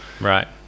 right